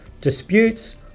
disputes